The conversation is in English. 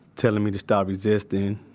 telling me to stop resisting.